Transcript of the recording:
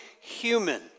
human